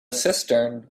cistern